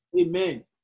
Amen